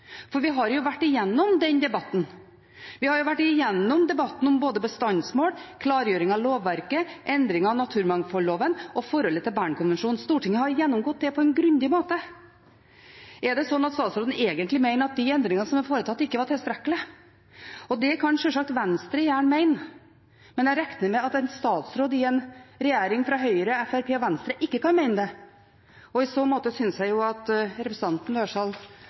Vi har jo vært igjennom den debatten. Vi har vært igjennom debatten om både bestandsmål, klargjøring av lovverket, endring av naturmangfoldloven og forholdet til Bernkonvensjonen. Stortinget har gjennomgått det på en grundig måte. Er det slik at statsråden egentlig mener at de endringene som er foretatt, ikke er tilstrekkelige? Det kan sjølsagt Venstre gjerne mene, men jeg regner med at en statsråd i en regjering fra Høyre, Fremskrittspartiet og Venstre ikke kan mene det. I så måte synes jeg at representanten